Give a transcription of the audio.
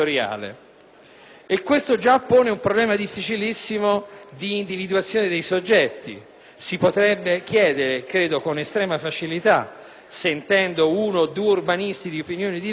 Questo già pone un problema difficilissimo di individuazione dei soggetti. Si potrebbe chiedere (credo con estrema facilità), sentendo uno o due urbanisti di opinioni diverse,